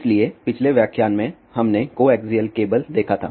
इसलिए पिछले व्याख्यान में हमने कोएक्सिअल केबल देखा था